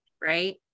right